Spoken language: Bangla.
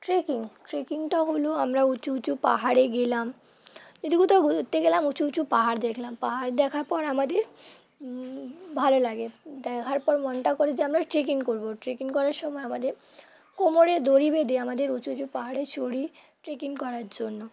ট্রেকিং ট্রেকিংটা হলো আমরা উঁচু উঁচু পাহাড়ে গেলাম যদি কোথাও ঘুরতে গেলাম উঁচু উঁচু পাহাড় দেখলাম পাহাড় দেখার পর আমাদের ভালো লাগে দেখার পর মনটা করে যে আমরা ট্রেকিং করবো ট্রেকিং করার সময় আমাদের কোমরে দড়ি বেঁধে আমাদের উঁচু উঁচু পাহাড়ে চড়ি ট্রেকিং করার জন্য